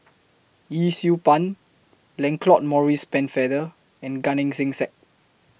Yee Siew Pun Lancelot Maurice Pennefather and Gan Eng Seng